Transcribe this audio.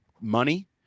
money